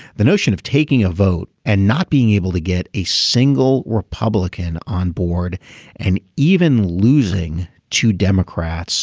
the notion of taking a vote and not being able to get a single republican on board and even losing to democrats